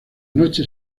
noche